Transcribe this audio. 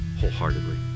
wholeheartedly